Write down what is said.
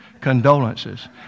condolences